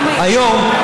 היום,